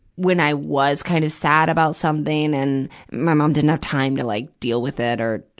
when i was kind of sad about something, and my mom didn't have time to like deal with it or,